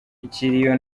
ikiriyo